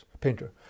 painter